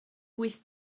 wyth